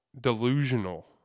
delusional